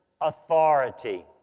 authority